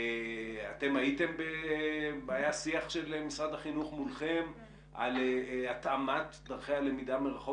היה שיח של משרד החינוך מולכם להתאמת דרכי הלמידה מרחוק,